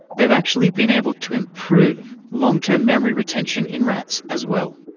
they have actually been able to improve long term memory retention in rats as well.